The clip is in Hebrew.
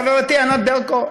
חברתי ענת ברקו,